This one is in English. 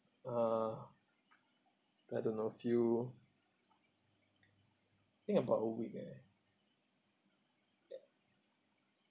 uh I don't know few think about a week leh